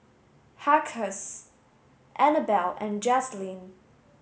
Anabel and Jazlene